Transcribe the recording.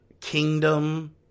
Kingdom